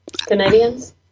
Canadians